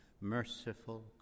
merciful